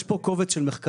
יש פה קובץ של מחקרים,